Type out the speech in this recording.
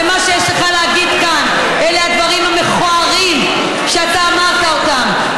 ומה שיש לך להגיד כאן אלה הדברים המכוערים שאתה אמרת אותם.